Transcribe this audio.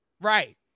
Right